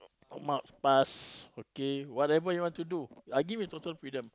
mark pass okay whatever you want to do I give him social freedom